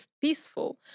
peaceful